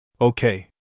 Okay